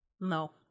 No